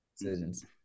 decisions